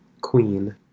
queen